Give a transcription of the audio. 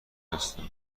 هستم